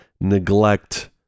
neglect